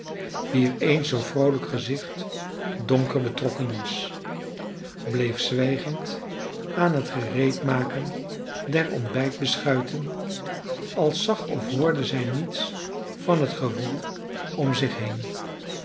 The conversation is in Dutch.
wier eens zoo vroolijk gezicht donker betrokken was bleef zwijgend aan het gereedmaken der ontbijtbeschuiten als zag of hoorde zij niets van het gewoel om zich heen